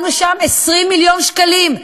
שמנו שם 20 מיליון שקלים.